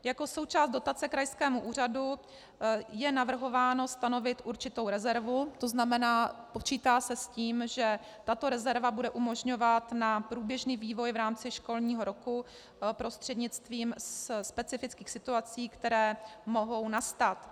Jako součást dotace krajskému úřadu je navrhováno stanovit určitou rezervu, to znamená, počítá se s tím, že tato rezerva bude umožňovat na průběžný vývoj v rámci školního roku prostřednictvím specifických situací, které mohou nastat.